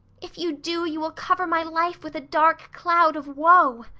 if you do you will cover my life with a dark cloud of woe.